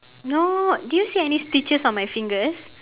no did you see any stitches on my fingers